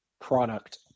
product